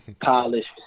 polished